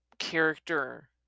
character